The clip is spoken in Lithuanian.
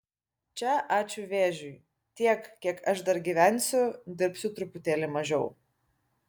čia ačiū vėžiui tiek kiek aš dar gyvensiu dirbsiu truputėlį mažiau